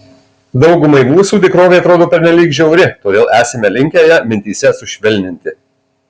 daugumai mūsų tikrovė atrodo pernelyg žiauri todėl esame linkę ją mintyse sušvelninti